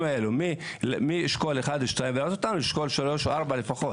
האלו מאשכול 1-2 ולהעלות אותם לאשכול 3-4 לפחות?